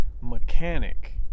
mechanic